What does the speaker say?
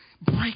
break